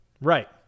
Right